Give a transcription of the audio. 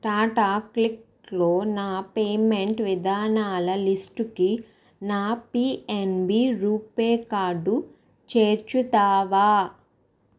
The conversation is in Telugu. టాటా క్లిక్లో నా పేమెంట్ విధానాల లిస్టుకి నా పిఎన్బి రూపే కార్డు చేర్చుతావా